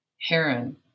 heron